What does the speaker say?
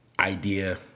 idea